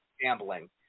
gambling